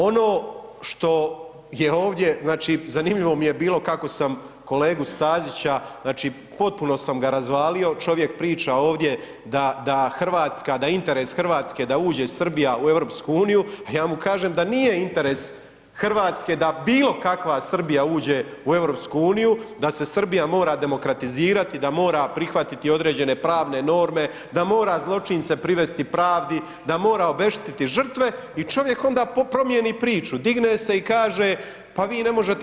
Ono što je ovdje, znači, zanimljivo mi je bilo kako sam kolegu Stazića, znači, potpuno sam ga razvalio, čovjek priča ovdje da RH, da je interes RH da uđe Srbija u EU, a ja mu kažem da nije interes RH da bilo kakva Srbija uđe u EU, da se Srbija mora demokratizirati, da mora prihvatiti određene pravne norme, da mora zločince privesti pravdi, da mora obeštetiti žrtve i čovjek onda promijeni priču, digne se i kaže, pa vi ne možete